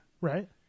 right